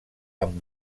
amb